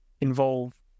involve